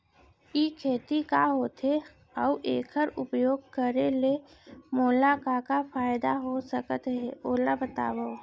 ई खेती का होथे, अऊ एखर उपयोग करे ले मोला का का फायदा हो सकत हे ओला बतावव?